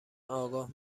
آگاه